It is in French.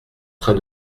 train